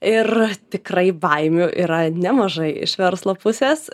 ir tikrai baimių yra nemažai iš verslo pusės